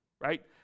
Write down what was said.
right